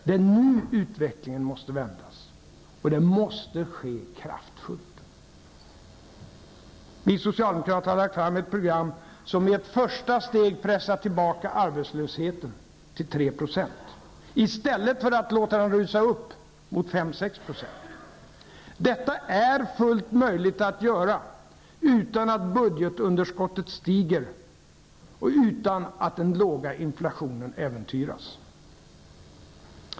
Det är nu som utvecklingen måste vändas, och det måste ske kraftfullt. Vi socialdemokrater har lagt fram ett program som i ett första steg pressar tillbaka arbetslösheten till 3 % i stället för att låta den rusa upp mot 5-- 6%. Detta är fullt möjligt att göra utan att budgetunderskottet stiger och utan att den låga inflationen äventyras.